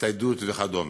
ההצטיידות וכדומה.